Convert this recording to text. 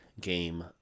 game